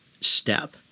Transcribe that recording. step